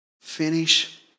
finish